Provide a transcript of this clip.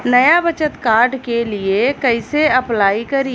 नया बचत कार्ड के लिए कइसे अपलाई करी?